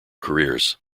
careers